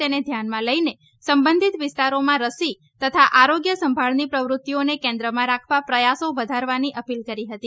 તેને ધ્યાનમાં લઇને સંબંધીત વિસ્તારોમાં રસી તથા આરોગ્ય સંભાળની પ્રવૃત્તિઓને કેન્દ્રમાં રાખવા પ્રયાસો વધારવાની અપીલ કરી હતી